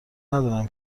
ندارم